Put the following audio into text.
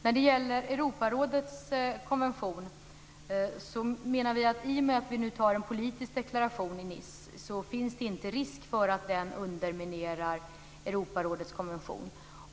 När det gäller Europarådets konvention vill jag säga så här: I och med att vi nu gör en politisk deklaration i Nice finns det inte risk för att stadgan underminerar Europarådets konvention.